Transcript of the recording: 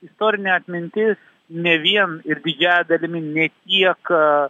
istorinė atmintis ne vien ir didžiąja dalimi ne tiek